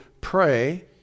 pray